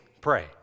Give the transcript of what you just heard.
Pray